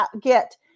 get